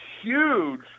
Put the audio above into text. huge